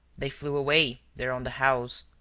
they flew away they're on the house.